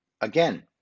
Again